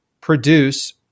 produce